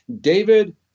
David